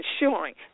ensuring